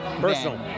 Personal